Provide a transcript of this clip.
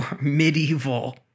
medieval